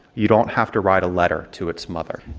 you don't have to write a letter to its mother.